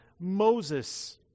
Moses